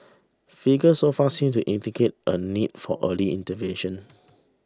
figures so far seem to indicate a need for early intervention